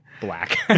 black